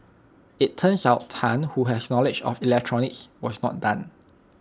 IT turns out Tan who has knowledge of electronics was not done